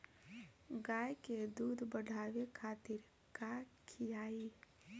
गाय के दूध बढ़ावे खातिर का खियायिं?